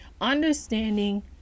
understanding